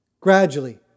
Gradually